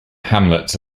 hamlets